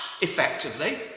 Effectively